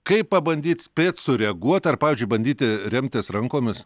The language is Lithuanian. kaip pabandyt spėt sureaguot ar pavyzdžiui bandyti remtis rankomis